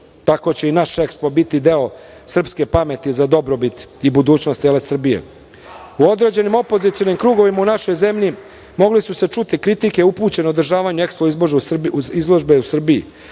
Tako će i naš EXPO biti deo srpske pameti za dobrobit i budućnost cele Srbije.U određenim opozicionim krugovima u našoj zemlji mogli su se čuti kritike upućene o održavanju EXPO izložbe u Srbiji.